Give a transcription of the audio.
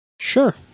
Sure